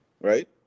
right